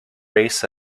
race